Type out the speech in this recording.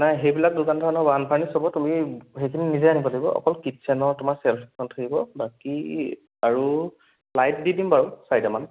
নাই সেইবিলাক যোগান ধৰা নহ'ব আনফাৰ্নিচড হ'ব তুমি সেইখিনি নিজে আনিব লাগিব অকল কিটচেনৰ তোমাৰ চেল্ফ কেইখন থাকিব বাকী আৰু লাইট দি দিম বাৰু চাৰিটা মান